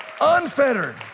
unfettered